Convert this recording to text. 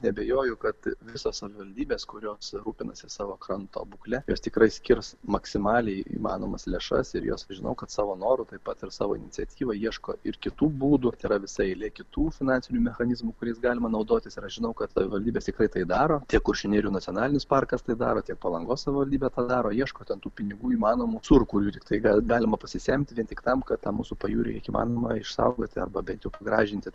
neabejoju kad visos savivaldybės kurios rūpinasi savo kranto būkle jos tikrai skirs maksimaliai įmanomas lėšas ir jos žinau kad savo noru taip pat ir savo iniciatyva ieško ir kitų būdų yra visa eilė kitų finansinių mechanizmų kuriais galima naudotis ir aš žinau kad savivaldybės tikrai tai daro tiek kuršių nerijos nacionalinis parkas tai darotetiek palangos savivaldybė tą daro ieško ten tų pinigų įmanomų curkų liktų gal galima pasisemti vien tik tam kad ta mūsų pajūrį kiek įmanoma išsaugoti arba bent jau gražinti